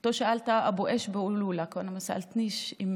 אותו שאלת (אומרת בערבית: אבו מי מכנים אותך,